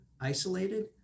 isolated